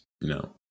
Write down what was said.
No